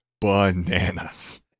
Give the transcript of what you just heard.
bananas